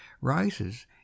Rises